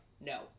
no